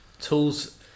Tools